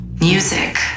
music